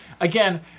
again